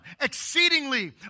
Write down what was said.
exceedingly